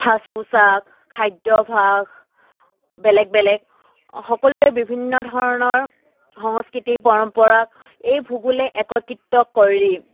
সাজ পোচাক খাদ্যভাস বেলেগ বেলেগ সকলোৱে বিভিন্ন ধৰণৰ সংস্কৃতিক পৰম্পৰা এই ভূগোলে একত্ৰিত কৰি